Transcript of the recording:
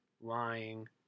lying